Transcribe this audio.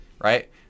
right